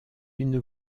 une